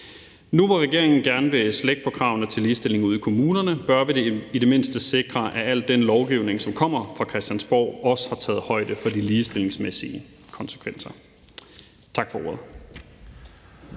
Nu, hvor regeringen gerne vil slække på kravene til ligestilling ude i kommunerne, bør vi i det mindste sikre, at al den lovgivning, som kommer fra Christiansborg, også har taget højde for de ligestillingsmæssige konsekvenser. Tak for ordet.